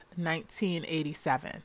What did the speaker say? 1987